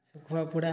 ଶୁଖୁଆ ପୁଡ଼ା